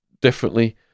differently